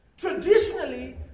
Traditionally